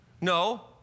No